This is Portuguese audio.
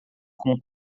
com